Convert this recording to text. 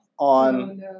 On